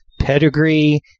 pedigree